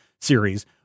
series